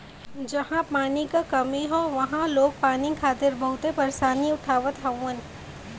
जहां पानी क कमी हौ वहां लोग पानी खातिर बहुते परेशानी उठावत हउवन